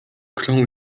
którą